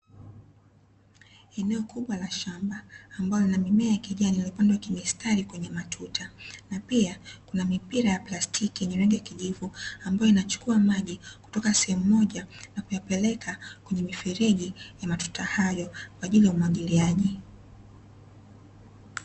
Eneo kubwa la shamba, ambalo lina mimea ya kijani iliyopandwa kimistari kwenye matuta, na pia kuna mipira ya plastiki yenye rangi ya kijivu, ambayo inachukua maji kutoka sehemu moja na kuyapeleka kwenye mifereji ya matuta hayo kwa ajili ya umwagiliaji.